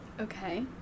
Okay